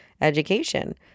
education